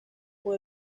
con